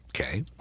Okay